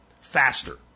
faster